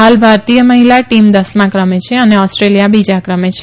હાલ ભારતીય મહિલા ટીમ દસમા ક્રમે છે અને ઓસ્ટ્રેલિયા બીજા ક્રમે છે